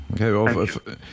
Okay